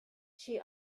she